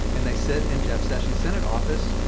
and they sit in jeff sessions' senate office,